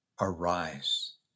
Arise